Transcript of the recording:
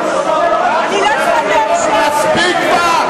מספיק כבר,